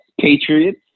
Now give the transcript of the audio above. Patriots